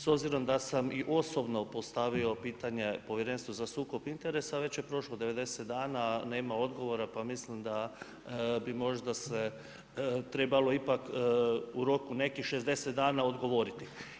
S obzirom da sam i osobno postavio pitanje Povjerenstvu za sukob interesa, već je prošlo 90 dana a nema odgovora pa mislim da bi možda se trebalo ipak u roku nekih 60 dana odgovoriti.